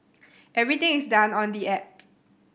everything is done on the app